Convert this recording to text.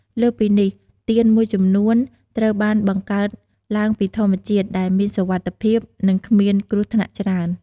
លើសពីនេះ ទៀនមួយចំនួនត្រូវបានបង្កើតឡើងពីធម្មជាតិ ដែលមានសុវត្ថិភាព និងគ្មានគ្រោះថ្នាក់ច្រើន។